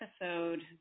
episode